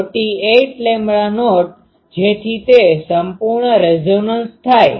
48 lambda naught જેથી તે સંપૂર્ણ રેઝોનન્સ થાય